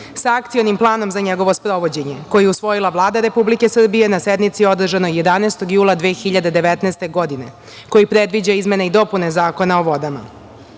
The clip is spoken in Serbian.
sa Akcionim planom za njegovo sprovođenje, koji je usvojila Vlada Republike Srbije na sednici održanoj 11. jula 2019. godine, koji predviđa izmene i dopune Zakona o vodama. Radi